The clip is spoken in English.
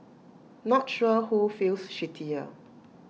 not sure who feels shittier